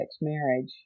marriage